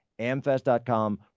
Amfest.com